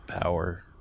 power